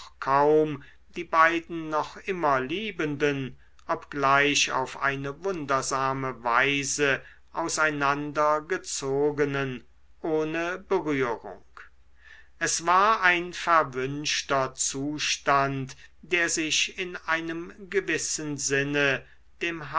kaum die beiden noch immer liebenden obgleich auf eine wundersame weise auseinander gezogenen ohne berührung es war ein verwünschter zustand der sich in einem gewissen sinne dem